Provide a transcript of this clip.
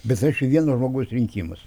bet aš į vieno žmogaus rinkimus